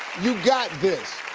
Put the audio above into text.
you got this.